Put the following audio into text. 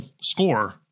score